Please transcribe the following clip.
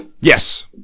Yes